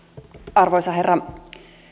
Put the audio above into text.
arvoisa herra